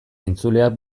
entzuleak